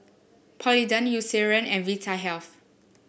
Polident Eucerin and Vitahealth